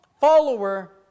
follower